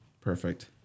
Perfect